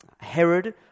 Herod